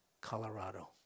Colorado